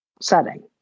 setting